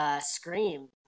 scream